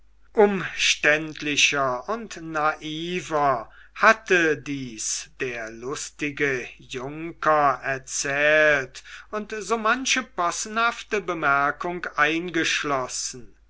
umständlicher und naiver hatte dies der lustige junker erzählt und so manche possenhafte bemerkung eingeschlossen